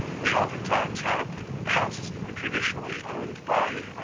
we often times had houses that were traditionally owned by